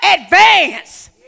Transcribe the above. Advance